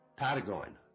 Patagon